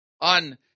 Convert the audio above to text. on